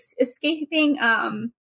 escaping